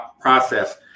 process